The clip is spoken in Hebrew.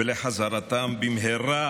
ולחזרתם במהרה,